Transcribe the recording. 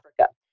Africa